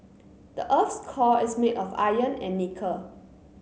the earth's core is made of iron and nickel